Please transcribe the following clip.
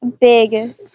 big